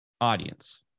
audience